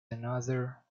another